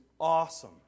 awesome